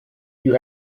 you